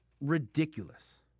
ridiculous